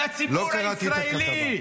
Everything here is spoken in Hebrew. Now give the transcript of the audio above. כי הציבור הישראלי,